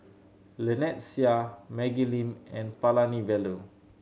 Lynnette Seah Maggie Lim and Palanivelu